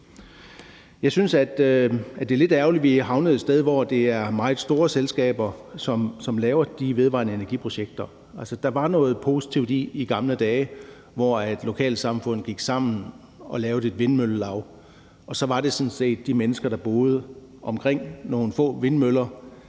Jeg synes, at det er lidt ærgerligt, at vi er havnet et sted, hvor det er meget store selskaber, som laver de vedvarende energiprojekter. Altså, der var noget positivt i gamle dage, hvor man i et lokalsamfund gik sammen og lavede et vindmøllelav, og det så var de mennesker, der boede omkring nogle få vindmøller,